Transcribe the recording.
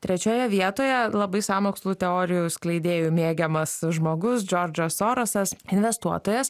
trečioje vietoje labai sąmokslų teorijų skleidėjų mėgiamas žmogus džordžas sorosas investuotojas